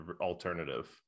alternative